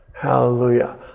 Hallelujah